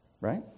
Right